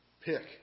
pick